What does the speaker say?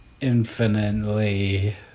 infinitely